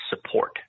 support